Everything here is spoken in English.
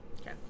okay